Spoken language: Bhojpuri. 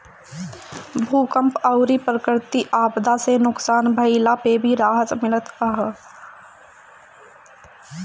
भूकंप अउरी प्राकृति आपदा से नुकसान भइला पे भी राहत मिलत हअ